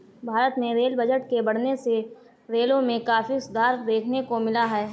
भारत में rail budget के बढ़ने से रेलों में काफी सुधार देखने को मिला है